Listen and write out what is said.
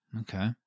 Okay